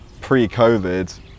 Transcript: pre-Covid